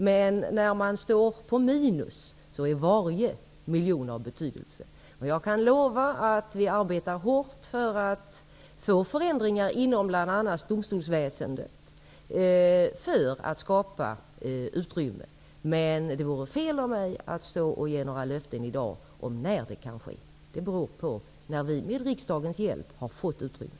Men när man står på minus, är varje miljon betydelsefull. Jag kan lova att vi arbetar hårt för att åstadkomma förändringar inom bl.a. domstolsväsendet för att skapa utrymme. Men det vore fel av mig att ge några löften i dag om när detta kan ske. Det beror på när vi med riksdagens hjälp har fått utrymmet.